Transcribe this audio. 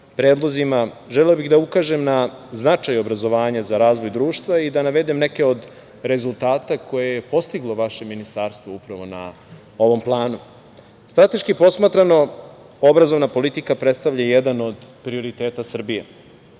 predlozima želeo bih da ukažem na značaj obrazovanja za razvoj društva i da navedem neke od rezultata koje je postiglo vaše Ministarstvo na ovom planu. Strateški posmatrano, obrazovna politika predstavlja jedan od prioriteta Srbije,